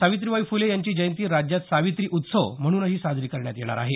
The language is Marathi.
सावित्रीबाई फुले यांची जयंती राज्यात सावित्री उत्सवम्हणून साजरी करण्यात येणार आहे